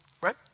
Right